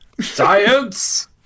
Science